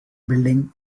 building